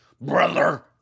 brother